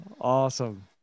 Awesome